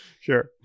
Sure